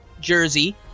jersey